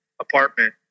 apartment